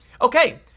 Okay